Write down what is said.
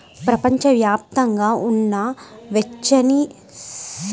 ప్రపంచవ్యాప్తంగా ఉన్న వెచ్చనిసమశీతోష్ణ, ఉపఉష్ణమండల ప్రాంతాలకు చెందినఅనేక వందల జాతులను కలిగి ఉంది